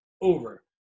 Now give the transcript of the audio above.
over